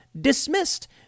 dismissed